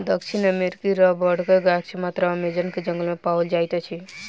दक्षिण अमेरिकी रबड़क गाछ मात्र अमेज़न के जंगल में पाओल जाइत अछि